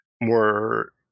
more